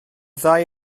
ddau